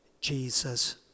Jesus